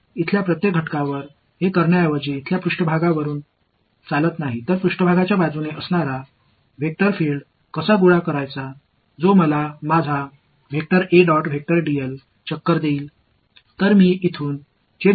இங்குள்ள ஒவ்வொரு உறுப்புக்கும் அதைச் செய்வதற்குப் பதிலாக ஏன் இங்கே மேற்பரப்பில் நடந்து சென்று மேற்பரப்பில் இருக்கும் வெக்டர் ஃபீல்டு சேகரிக்கக்கூடாது அது மேற்பரப்பில் உள்ளது எனக்கு சுழற்சியைக் கொடுக்கும்அது என்னுடைய